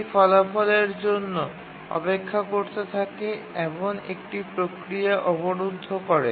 এটি ফলাফলের জন্য অপেক্ষা করতে থাকে এমন একটি প্রক্রিয়া অবরুদ্ধ করে